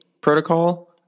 protocol